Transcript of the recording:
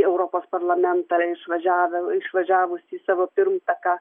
į europos parlamentą išvažiavo išvažiavusį savo pirmtaką